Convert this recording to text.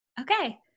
Okay